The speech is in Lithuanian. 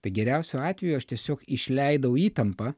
tai geriausiu atveju aš tiesiog išleidau įtampą